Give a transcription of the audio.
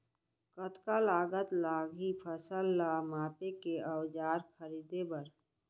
कतका लागत लागही फसल ला मापे के औज़ार खरीदे बर?